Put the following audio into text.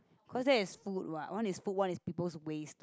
cause that is food what one is food one is people's waste